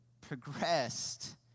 progressed